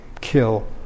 kill